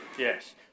Yes